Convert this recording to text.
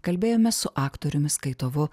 kalbėjomės su aktoriumi skaitovu